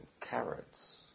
carrots